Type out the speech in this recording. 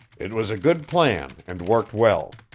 it was a good plan and worked well.